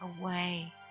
away